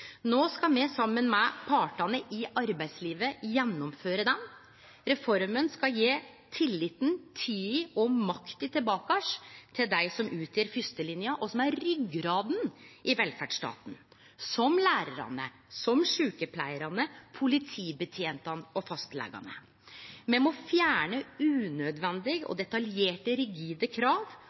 skal me saman med partane i arbeidslivet gjennomføre henne. Reforma skal gje tilliten, tida og makta tilbake att til dei som utgjer fyrstelinja, og som er ryggrada i velferdsstaten, som lærarane, sjukepleiarane, politibetjentane og fastlegane. Me må fjerne unødvendige, detaljerte og rigide krav